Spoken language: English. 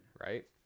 right